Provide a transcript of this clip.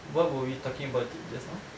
why were we talking about it just now